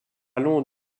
long